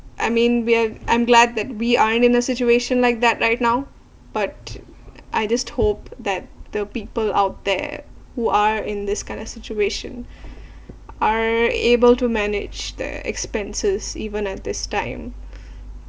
I mean we're I'm glad that we are in a situation like that right now but I just hope that the people out there who are in this kind of situation are able to manage their expenses even at this time